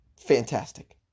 Fantastic